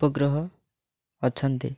ଉପଗ୍ରହ ଅଛନ୍ତି